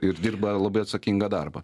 ir dirba labai atsakingą darbą